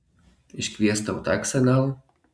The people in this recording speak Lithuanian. iškviest tau taksą gal